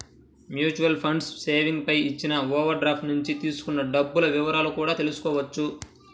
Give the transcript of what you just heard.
mutual funds savings పై ఇచ్చిన overdraft నుంచి తీసుకున్న డబ్బుల వివరాలను కూడా తెల్సుకోవచ్చు